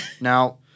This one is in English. Now –